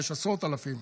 יש עשרות אלפים,